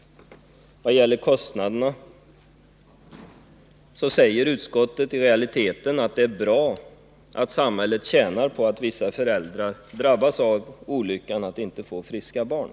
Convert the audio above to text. I vad gäller kostnaderna säger utskottet i realiteten att det är bra att samhället tjänar på att vissa föräldrar drabbas av olyckan att inte få friska barn.